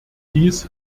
dies